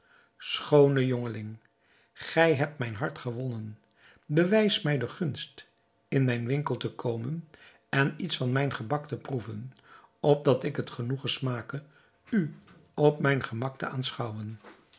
schoone jongeling gij hebt mijn hart gewonnen bewijs mij de gunst in mijn winkel te komen en iets van mijn gebak te proeven opdat ik het genoegen smake u op mijn gemak te aanschouwen